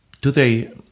Today